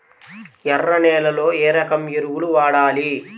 ఎర్ర నేలలో ఏ రకం ఎరువులు వాడాలి?